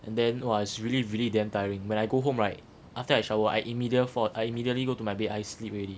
and then !wah! was really really damn tiring when I go home right after I shower I immediate fall I immediately go to my bed I sleep already